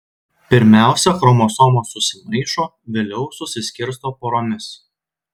pirmiausia chromosomos susimaišo vėliau susiskirsto poromis